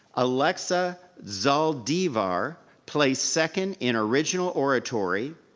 alexa zaldevar placed second in original oratory,